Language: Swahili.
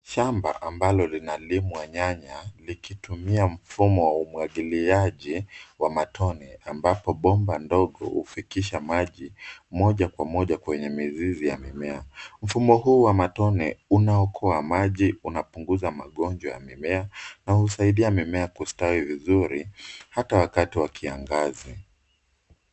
Shamba ambalo linalimwa nyanya likitumia mfumo wa umwagiliaji wa matone ambapo bomba ndogo ufikisha maji moja kwa moja kwenye mizizi ya mimea. Mfumo huu wa matone unaokoa maji, unapunguza magonjwa ya mimea na usaidia mimea kustawi vizuri ata wakati wa kiangazi.